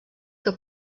que